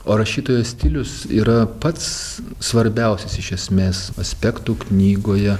o rašytojo stilius yra pats svarbiausias iš esmės aspektų knygoje